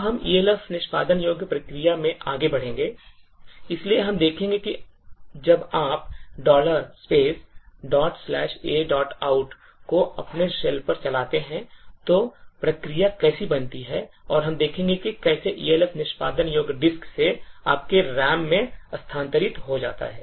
अब हम Elf निष्पादन योग्य प्रक्रियाओं से आगे बढ़ेंगे इसलिए हम देखेंगे कि जब आप aout को अपने shell पर चलाते हैं तो प्रक्रिया कैसे बनती है और हम देखेंगे कि कैसे Elf निष्पादन योग्य डिस्क से आपके RAM में स्थानांतरित हो जाता है